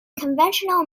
conventional